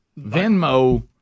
Venmo